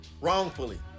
Wrongfully